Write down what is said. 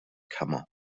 kammer